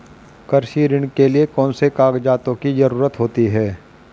कृषि ऋण के लिऐ कौन से कागजातों की जरूरत होती है?